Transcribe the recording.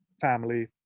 family